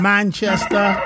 Manchester